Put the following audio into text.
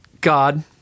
God